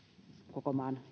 koko maan